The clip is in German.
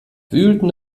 wühlten